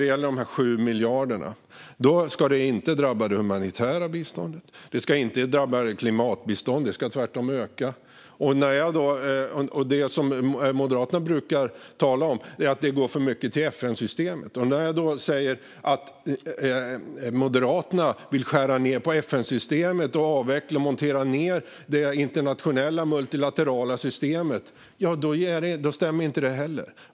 Denna minskning med 7 miljarder ska inte drabba det humanitära biståndet. Det ska inte drabba klimatbiståndet - det ska tvärtom öka. Moderaterna brukar tala om att det går för mycket till FN-systemet. När jag då säger att Moderaterna vill skära ned på FN-systemet och avveckla och montera ned det internationella multilaterala systemet, ja, då stämmer inte det heller.